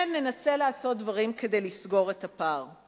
כן ננסה לעשות דברים כדי לסגור את הפער.